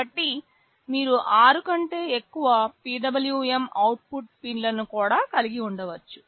కాబట్టి మీరు 6 కంటే ఎక్కువ PWM అవుట్పుట్ పిన్లను కూడా కలిగి ఉండవచ్చు